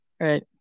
right